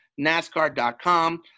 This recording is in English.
nascar.com